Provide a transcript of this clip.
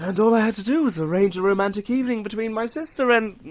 and all i had to do was arrange a romantic evening between my sister and the